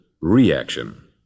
reaction